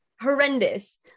Horrendous